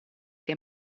che